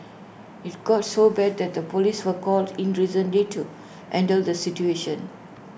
IT got so bad that the Police were called in recently to handle the situation